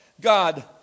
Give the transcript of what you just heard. God